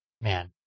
Man